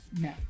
No